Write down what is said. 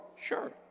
Sure